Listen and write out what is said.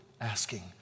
asking